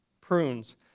prunes